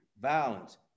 violence